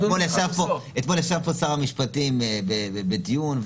אתמול ישב פה שר המשפטים בדיון,